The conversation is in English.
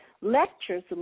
lectures